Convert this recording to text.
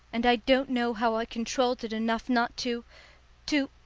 and i don't know how i controlled it enough not to to